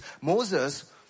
Moses